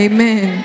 Amen